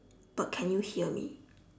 but can you hear me